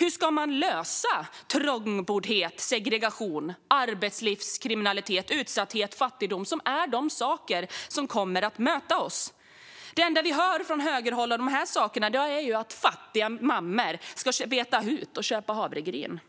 Hur ska man lösa trångboddhet, segregation, arbetslivskriminalitet, utsatthet och fattigdom, som är de saker som kommer att möta oss? Det enda vi hör från högerhåll om dessa saker är att fattiga mammor ska veta hut och köpa havregryn.